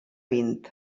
vint